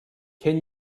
can